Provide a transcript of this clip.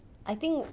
I think